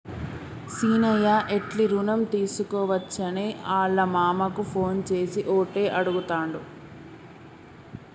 సీనయ్య ఎట్లి రుణం తీసుకోవచ్చని ఆళ్ళ మామకు ఫోన్ చేసి ఓటే అడుగుతాండు